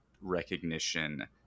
recognition